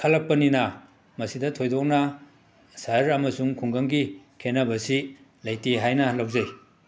ꯈꯜꯂꯛꯄꯅꯤꯅ ꯃꯁꯤꯗ ꯊꯣꯏꯗꯣꯛꯅ ꯁꯍꯔ ꯑꯃꯁꯨꯡ ꯈꯨꯡꯒꯪꯒꯤ ꯈꯦꯟꯅꯕꯁꯤ ꯂꯩꯇꯦ ꯍꯥꯏꯅ ꯂꯧꯖꯩ